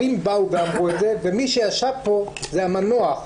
מי שישב פה זה המנוח,